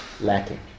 lacking